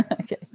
Okay